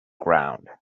ground